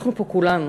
אנחנו פה כולנו